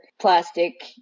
plastic